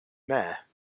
mayor